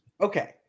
Okay